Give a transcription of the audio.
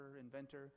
inventor